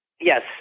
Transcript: Yes